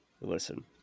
listen